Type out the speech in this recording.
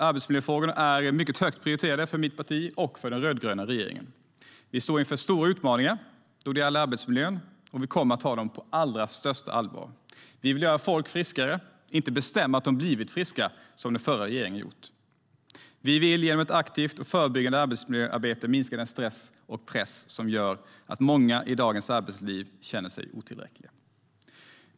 Arbetsmiljöfrågorna är mycket högt prioriterade för mitt parti och för den rödgröna regeringen. Vi står inför stora utmaningar då det gäller arbetsmiljön, och vi kommer att ta dem på allra största allvar. Vi vill göra folk friskare, inte bestämma att de blivit friska, som den förra regeringen gjorde. Vi vill genom ett aktivt och förebyggande arbetsmiljöarbete minska den stress och den press som gör att många i dagens arbetsliv känner sig otillräckliga.